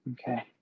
Okay